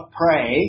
pray